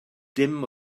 dim